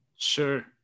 Sure